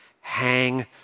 hang